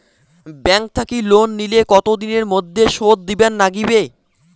Bank থাকি loan নিলে কতো দিনের মধ্যে শোধ দিবার নাগিবে?